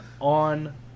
on